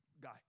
guy